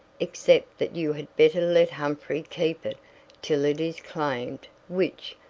except that you had better let humphrey keep it till it is claimed which,